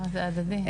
זה הדדי.